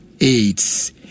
AIDS